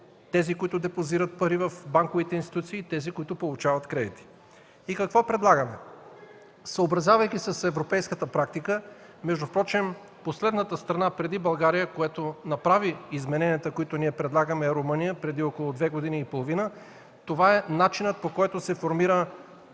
тези, които депозират пари в банковите институции и тези, които получават кредити. Какво предлагаме? Съобразявайки се с европейската практика, впрочем последната страна преди България, която направи измененията, които предлагаме, е Румъния – преди около две години и половина, това е начинът, по който се формира